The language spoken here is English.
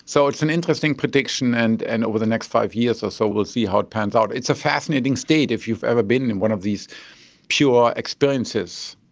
so it's an interesting prediction, and and over the next five years or so we will see how it pans out. it's a fascinating state, if you've ever been in and one of these pure experiences.